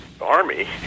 army